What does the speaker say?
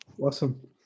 Awesome